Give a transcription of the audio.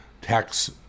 tax